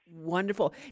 Wonderful